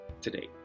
today